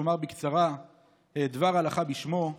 אני אומר בקצרה דבר הלכה בשמו.